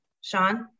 Sean